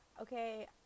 okay